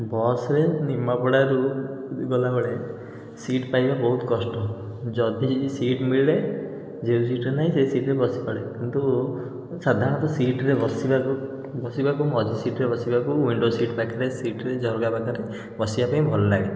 ବସ୍ରେ ନିମାପଡ଼ାରୁ ଗଲାବଳେ ସିଟ୍ ପାଇବା ବହୁତ କଷ୍ଟ ଯଦିବି ସିଟ୍ ମିଳେ ଯେ ସିଟ୍ରେ ନାଇଁ ସେ ସିଟ୍ରେ ବସି ପଡ଼େ କିନ୍ତୁ ମୁଁ ସାଧାରଣତଃ ସିଟ୍ରେ ବସିବାକୁ ବସିବାକୁ ମଝି ସିଟ୍ରେ ବସିବାକୁ ୱିଣ୍ଡୋ ସିଟ୍ ପାଖରେ ସିଟ୍ରେ ଝରକା ପାଖରେ ବସିବାପାଇଁ ଭଲଲାଗେ